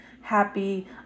happy